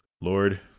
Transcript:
Lord